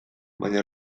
baina